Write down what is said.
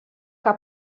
que